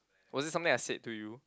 was it something I said to you